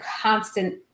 constant